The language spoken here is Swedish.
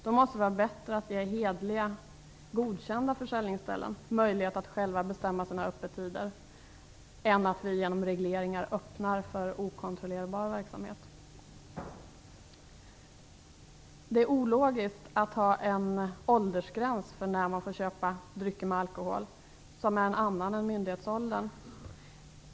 Det måste var bättre att ge hederliga godkända försäljningsställen möjlighet att själva bestämma sina öppettider än att vi genom regleringar öppnar för okontrollerbar verksamhet. Det är ologiskt att ha en åldersgräns för inköp av drycker med alkohol som är en annan än myndighetsåldern.